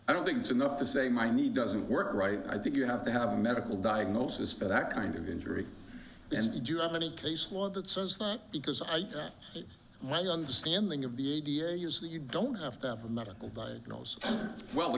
i don't think it's enough to say my knee doesn't work right i think you have to have a medical diagnosis for that kind of injury and you have any case law that says that because i my understanding of the a d a s that you don't have to have a medical diagnosis well the